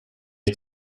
ich